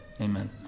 amen